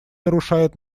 нарушает